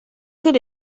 could